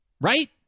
right